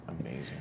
amazing